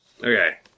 Okay